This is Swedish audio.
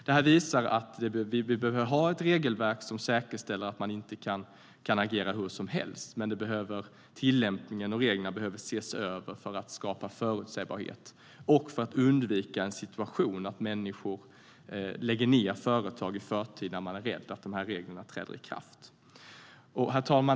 Detta visar att vi behöver ha ett regelverk som säkerställer att man inte kan agera hur som helst men att tillämpningen och reglerna behöver ses över för att skapa förutsägbarhet och undvika situationer där människor lägger ned företag i förtid för att de är rädda att reglerna ska träda in. Herr ålderspresident!